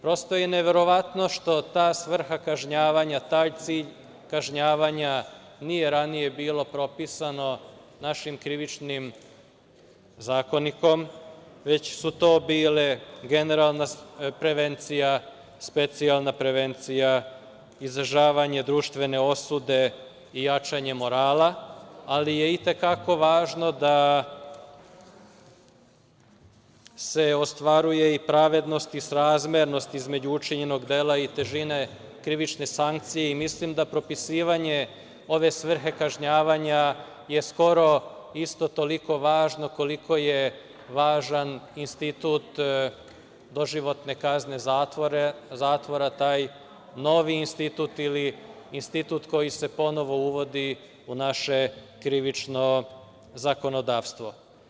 Prosto je neverovatno što ta svrha kažnjavanja, taj cilj kažnjavanja nije ranije bio propisan našim Krivičnim zakonikom, već su to bile generalna prevencija, specijalna prevencija, izražavanje društvene osude i jačanje morala, ali je itekako važno da se ostvaruje i pravednost i srazmernost između učinjenog dela i težine krivične sankcije i mislim da propisivanje ove svrhe kažnjavanja je skoro isto toliko važno koliko je važan institut doživotne kazne zatvora, taj novi institut ili institut koji se ponovo uvodi u naše krivično zakonodavstvo.